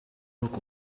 uku